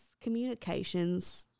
communications